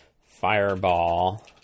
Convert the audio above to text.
fireball